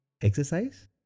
exercise